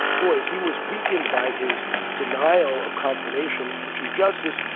boy, he was weakened by his denial of confirmation for chief justice.